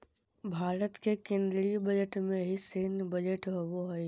भारत के केन्द्रीय बजट में ही सैन्य बजट होबो हइ